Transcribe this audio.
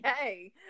okay